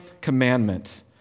commandment